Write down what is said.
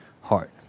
heart